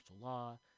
law